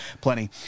plenty